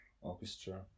orchestra